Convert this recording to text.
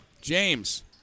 James